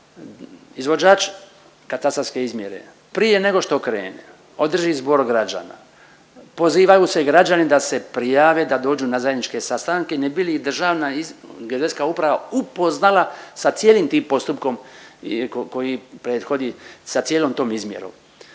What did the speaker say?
Izvođač katastarske izmjere prije nego što krene održi zbor građana, pozivaju se građani da se prijave da dođu na zajedničke sastanke ne bi li ih Državna geodetska uprava upoznala sa cijelim tim postupkom koji prethodi i sa cijelom tom izmjerom.